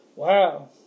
Wow